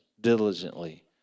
diligently